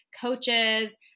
coaches